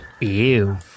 Ew